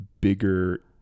bigger